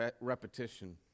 repetition